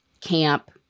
camp